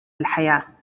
الحياة